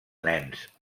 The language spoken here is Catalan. nens